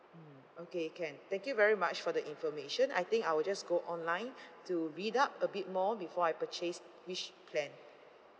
mm okay can thank you very much for the information I think I will just go online to read up a bit more before I purchase which plan